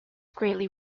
greatly